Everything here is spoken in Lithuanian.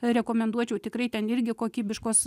rekomenduočiau tikrai ten irgi kokybiškos